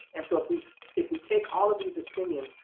and so if we if we take all of these opinions,